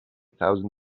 thousand